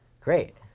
Great